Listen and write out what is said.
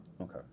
Okay